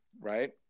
right